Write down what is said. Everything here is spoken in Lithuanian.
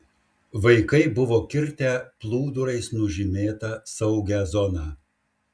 vaikai buvo kirtę plūdurais nužymėta saugią zoną